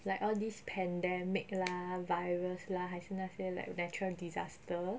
like all this pandemic lah virus lah 还是那些 like natural disaster